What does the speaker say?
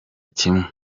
kimwe